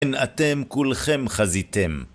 הן אתם כולכם חזיתם.